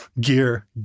gear